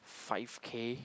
five K